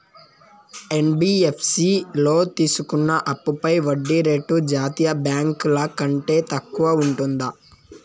NBFC లో తీసుకున్న అప్పుపై వడ్డీ రేటు జాతీయ బ్యాంకు ల కంటే తక్కువ ఉంటుందా?